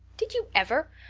did you ever?